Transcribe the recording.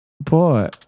boy